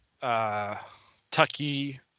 Tucky